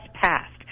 passed